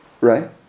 right